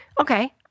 Okay